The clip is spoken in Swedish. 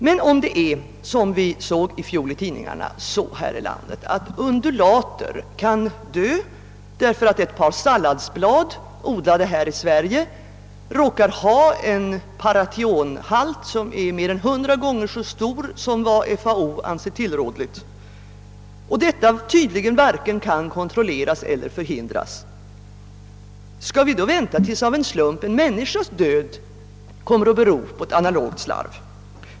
Men om det är så — vilket vi har läst i tidningarna nyligen — att undu later kan dö därför att ett par salladsblad, odlade här i Sverige, råkar ha en parationhalt som är mer än 100 gånger större än vad FAO anser tillåtligt, och detta tydligen varken kan kontrolleras eller förhindras, skall vi då vänta till dess att en människas död av en slump kan bevisas bero på ett analogt slarv?